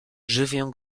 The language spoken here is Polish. żywię